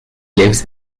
lives